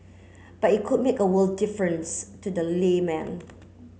but it could make a world difference to the layman